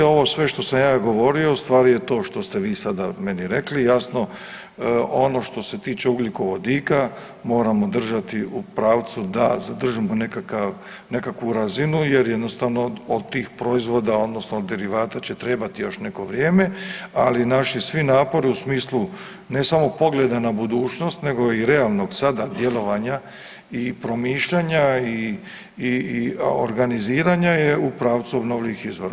Ovo sve što sam ja govorio ustvari je to što ste vi sada meni rekli, jasni, ono što se tiče ugljikovodika, moramo držati u pravcu da zadržimo nekakav, nekakvu razinu jer jednostavno od tih proizvoda, odnosno derivata će trebati još neko vrijeme, ali naši svi napori u smislu, ne samo pogleda na budućnost nego i realnog sada djelovanja i promišljanja i organiziranja je u pravcu obnovljivih izvora.